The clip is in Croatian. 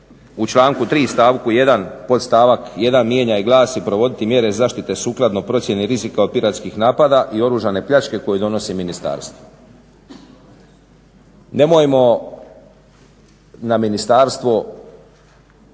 u članku 3. stavku 1. podstavak 1. mijenja i glasi: "Provoditi mjere zaštite sukladno procjeni rizika od piratskih napada i oružane pljačke koju donosi ministarstvo. Nemojmo na ministarstvo